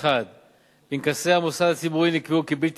הן: 1. פנקסי המוסד הציבורי נקבעו כבלתי